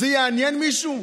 זה יעניין מישהו?